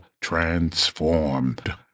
transformed